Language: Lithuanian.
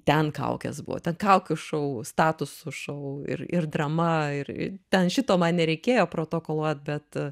ten kaukės buvo ten kaukių šou statusų šou ir ir drama ir ten šito man nereikėjo protokoluot bet